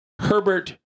Herbert